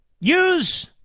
Use